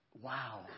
Wow